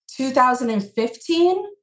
2015